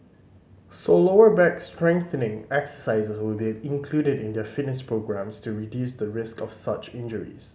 so lower back strengthening exercises will be included in their fitness programmes to reduce the risk of such injuries